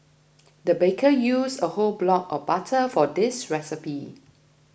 the baker used a whole block of butter for this recipe